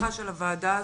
בפתיחה של הוועדה הזו.